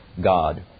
God